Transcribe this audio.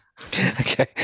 Okay